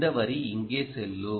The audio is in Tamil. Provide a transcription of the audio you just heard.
இந்த வரி இங்கே செல்லும்